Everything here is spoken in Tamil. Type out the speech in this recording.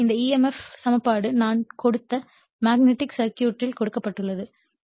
எனவே இந்த EMF சமன்பாடு நான் கொடுத்த மேக்னெட்டிக் சர்க்யூட் ல் கொடுக்கப்பட்டுள்ளது